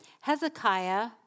Hezekiah